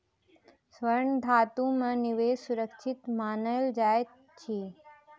स्वर्ण धातु में निवेश सुरक्षित मानल जाइत अछि